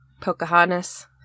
Pocahontas